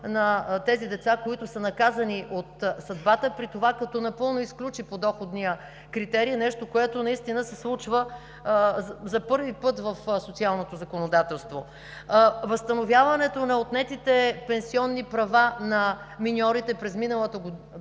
на тези деца, които са наказани от съдбата, при това като напълно изключи подоходния критерий – нещо, което се случва за първи път в социалното законодателство. Възстановяването на отнетите пенсионни права на миньорите през миналата година,